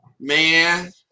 Man